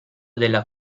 della